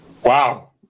Wow